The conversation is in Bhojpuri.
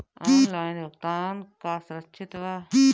ऑनलाइन भुगतान का सुरक्षित बा?